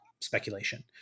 speculation